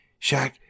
Shaq